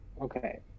Okay